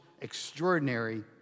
extraordinary